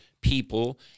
people